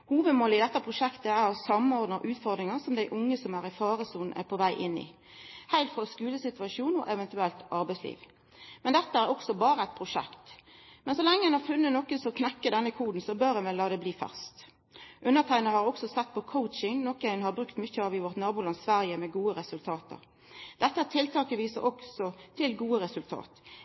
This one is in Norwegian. Hovudmålet i dette prosjektet er å samordna utfordringar som dei unge som er i faresona, er på veg inn i, heilt frå skulesituasjonen og eventuelt arbeidsliv. Men dette er også berre eit prosjekt. Men så lenge ein har funne noko som knekkjer denne koden, bør ein vel la det bli fast. Underteikna har òg sett på coaching, noko ein har brukt mykje av i vårt naboland Sverige med gode resultat. Dette tiltaket viser også til gode resultat.